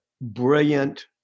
brilliant